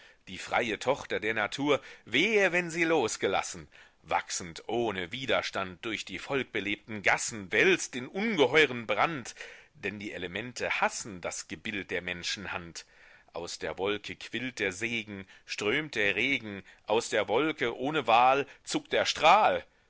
die freie tochter der natur wehe wenn sie losgelassen wachsend ohne widerstand durch die volkbelebten gassen wälzt den ungeheuren brand denn die elemente hassen das gebild der menschenhand aus der wolke quillt der segen strömt der regen aus der wolke ohne wahl zuckt der strahl